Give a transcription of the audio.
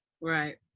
right